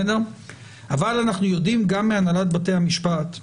אבל יודעים, גם מהנהלת בתי המשפט,